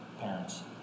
parents